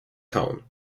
town